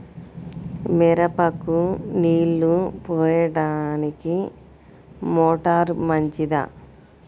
మిరపకు నీళ్ళు పోయడానికి మోటారు మంచిదా?